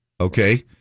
okay